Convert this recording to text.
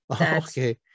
okay